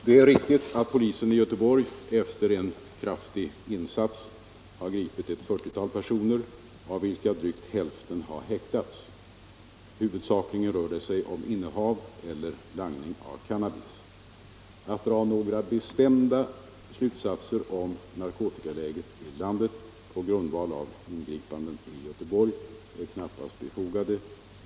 Det är riktigt att polisen i Göteborg efter en kraftig insats gripit ett 40-tal personer, av vilka drygt hälften har häktats. Huvudsakligen rör det sig om innehav eller langning av cannabis. Att dra några bestämda slutsatser om narkotikaläget i landet på grundval av ingripandena i Göteborg är knappast befogat.